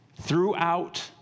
throughout